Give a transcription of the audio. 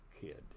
kid